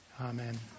amen